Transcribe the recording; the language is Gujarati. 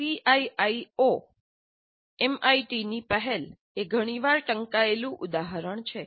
સીઆઈઆઈઓ કલ્પના ડિઝાઇન અમલ સંચાલન એમઆઈટીની પહેલ એ ઘણીવાર ટંકાયેલું ઉદાહરણ છે